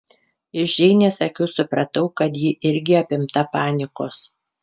iš džeinės akių supratau kad ji irgi apimta panikos